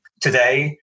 today